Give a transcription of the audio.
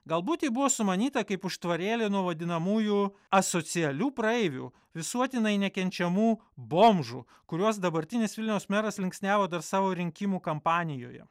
galbūt ji buvo sumanyta kaip užtvarėlė nuo vadinamųjų asocialių praeivių visuotinai nekenčiamų bomžų kuriuos dabartinis vilniaus meras linksniavo dar savo rinkimų kampanijoje